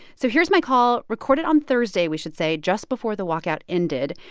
so here's my call recorded on thursday, we should say, just before the walkout ended,